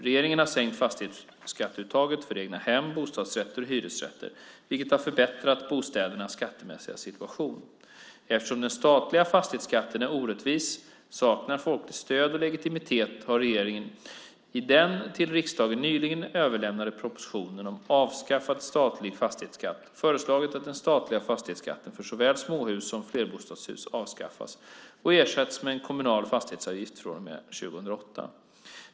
Regeringen har sänkt fastighetsskatteuttaget för egna hem, bostadsrätter och hyresrätter vilket har förbättrat bostädernas skattemässiga situation. Eftersom den statliga fastighetsskatten är orättvis samt saknar folkligt stöd och legitimitet har regeringen i den till riksdagen nyligen överlämnade propositionen om avskaffad statlig fastighetsskatt föreslagit att den statliga fastighetsskatten för såväl småhus som flerbostadshus avskaffas och ersätts med en kommunal fastighetsavgift från och med 2008.